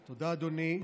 תודה, אדוני.